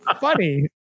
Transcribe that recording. funny